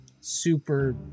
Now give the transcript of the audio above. super